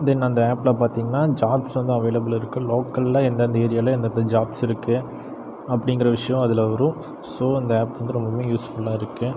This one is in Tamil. தென் அந்த ஆப்பில பார்த்திங்கனா ஜாப்ஸ் வந்து அவைலபுள் இருக்கு லோக்கலில் எந்தெந்த ஏரியாவில எந்தெந்த ஜாப்ஸ் இருக்கு அப்படிங்கிற விஷயம் அதில் வரும் ஸோ அந்த ஆப் வந்து ரொம்பவுமே யூஸ் ஃபுல்லாக இருக்கு